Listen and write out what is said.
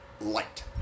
light